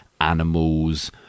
animals